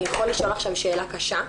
אני יכול לשאול עכשיו שאלה קשה?